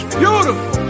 beautiful